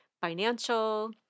financial